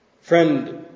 Friend